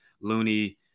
Looney